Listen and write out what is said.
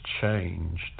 changed